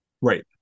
right